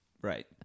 Right